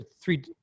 three